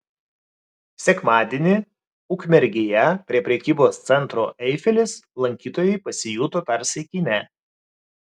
sekmadienį ukmergėje prie prekybos centro eifelis lankytojai pasijuto tarsi kine